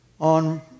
on